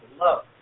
love